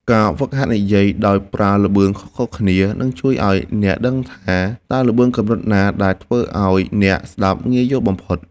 ការហ្វឹកហាត់និយាយដោយប្រើល្បឿនខុសៗគ្នា នឹងជួយឱ្យអ្នកដឹងថា តើល្បឿនកម្រិតណាដែលធ្វើឱ្យអ្នកស្ដាប់ងាយយល់បំផុត។